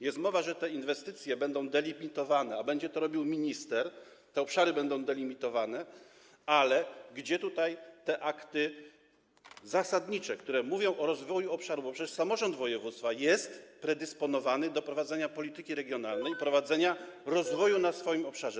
Jest mowa, że te inwestycje będą delimitowane, a będzie to robił minister, te obszary będą delimitowane, ale gdzie akty zasadnicze, które mówią o rozwoju obszaru, bo przecież samorząd województwa jest predysponowany do prowadzenia polityki regionalnej i prowadzenia rozwoju na swoim obszarze.